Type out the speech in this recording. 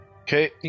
Okay